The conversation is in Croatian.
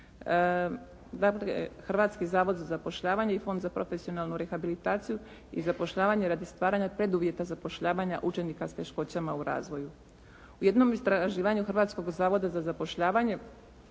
Hrvatski zavod za zapošljavanje i Fond za profesionalnu rehabilitaciju i zapošljavanje radi stvaranja preduvjeta zapošljavanja učenika s teškoćama u razvoju. U jednom istraživanju Hrvatskog zavoda za zapošljavanja